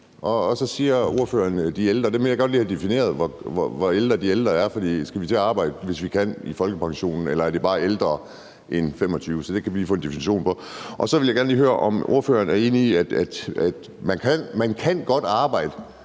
og så peger ordføreren på de ældre. Der vil jeg godt lige have defineret, hvor gamle de ældre skal være, for skal vi til at arbejde, hvis vi kan, når vi er på folkepension, eller gælder det bare dem, der er ældre end 25 år? Så det kan vi måske lige få en definition på. Så vil jeg gerne lige høre, om ordføreren er enig i, at man godt kan arbejde,